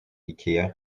ikea